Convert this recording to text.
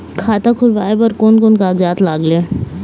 खाता खुलवाय बर कोन कोन कागजात लागेल?